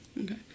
okay